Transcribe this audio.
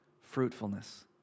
fruitfulness